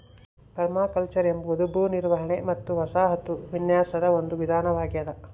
permaculture ಎಂಬುದು ಭೂ ನಿರ್ವಹಣೆ ಮತ್ತು ವಸಾಹತು ವಿನ್ಯಾಸದ ಒಂದು ವಿಧಾನವಾಗೆದ